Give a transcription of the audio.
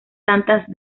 tantas